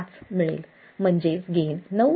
995 मिळेल म्हणजे गेन 9